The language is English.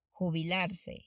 Jubilarse